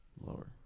Lower